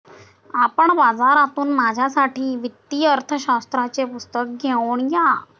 आपण बाजारातून माझ्यासाठी वित्तीय अर्थशास्त्राचे पुस्तक घेऊन या